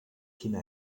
quina